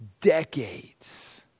decades